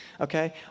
okay